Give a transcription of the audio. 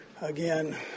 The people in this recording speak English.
again